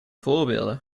voorbeelden